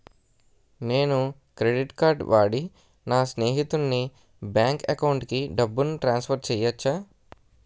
నేను credit card వాడి నా స్నేహితుని బ్యాంక్ అకౌంట్ కి డబ్బును ట్రాన్సఫర్ చేయచ్చా?